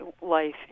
life